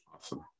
Awesome